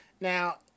Now